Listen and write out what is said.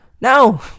no